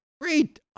great